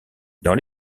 dans